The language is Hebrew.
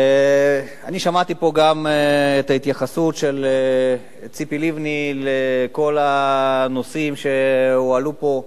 אני שמעתי פה גם את ההתייחסות של ציפי לבני לכל הנושאים שהועלו פה.